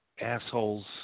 assholes